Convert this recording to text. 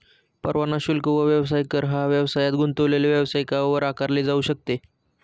परवाना शुल्क व व्यवसाय कर हा व्यवसायात गुंतलेले व्यावसायिकांवर आकारले जाऊ शकते